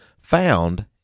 found